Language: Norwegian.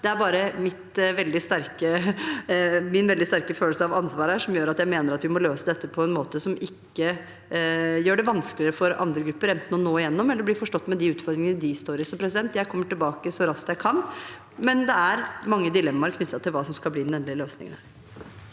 Det er bare min veldig sterke følelse av ansvar her som gjør at jeg mener vi må løse dette på en måte som ikke gjør det vanskeligere for andre grupper enten å nå igjennom eller å bli forstått, med hensyn til de utfordringene de står i. Jeg kommer tilbake så raskt jeg kan, men det er mange dilemmaer knyttet til hva som skal bli den endelige løsningen